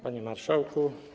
Panie Marszałku!